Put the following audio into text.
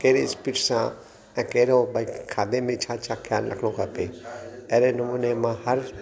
कहिड़े स्पीड सां ऐं कहिड़ो भई खाधे में छा छा ख़्यालु रखिणो खपे अहिड़े नमूंने मां हर